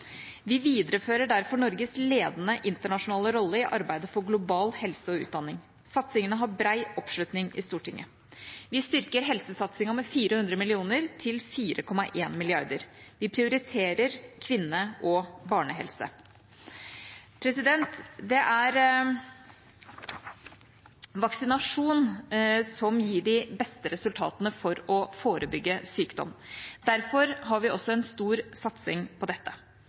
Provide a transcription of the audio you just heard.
Vi viderefører derfor Norges ledende internasjonale rolle i arbeidet for global helse og utdanning. Satsingene har bred oppslutning i Stortinget. Vi styrker helsesatsingen med 400 mill. kr til 4,1 mrd. kr. Vi prioriterer kvinne- og barnehelse. Det er vaksinasjon som gir de beste resultatene for å forebygge sykdom. Derfor har vi også en stor satsing på dette.